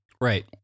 Right